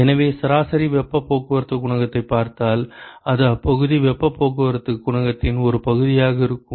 எனவே சராசரி வெப்பப் போக்குவரத்துக் குணகத்தைப் பார்த்தால் அது அப்பகுதி வெப்பப் போக்குவரத்துக் குணகத்தின் ஒரு பகுதியாக இருக்கும்